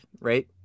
right